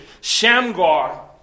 Shamgar